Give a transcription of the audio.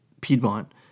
Piedmont